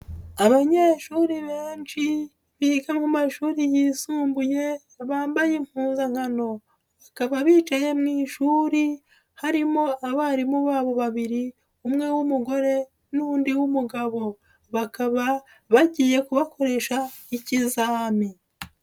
Abanyeshuri benshi biga mu mashuri yisumbuye, bambaye impuzankano. Bakaba bicaye mu ishuri, harimo abarimu babo babiri, umwe w'umugore n'undi w'umugabo. Bakaba bagiye kubakoresha ikizami.